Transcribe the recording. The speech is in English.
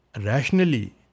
Rationally